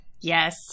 Yes